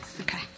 Okay